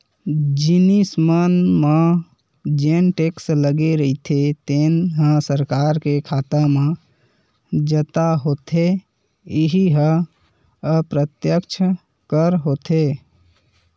जिनिस मन म जेन टेक्स लगे रहिथे तेन ह सरकार के खाता म जता होथे इहीं ह अप्रत्यक्छ कर होथे